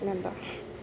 പിന്നെന്താ